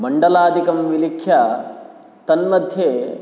मण्डलादिकं विलिख्य तन्मध्ये